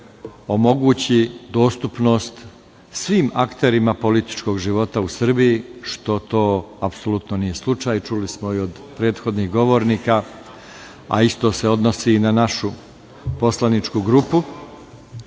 omogući dostupnost svim akterima političkog života u Srbiji, što apsolutno nije slučaj, čuli smo i od prethodnih govornika, a isto se odnosi i na našu poslaničku grupu,